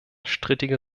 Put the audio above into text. strittige